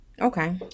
okay